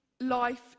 life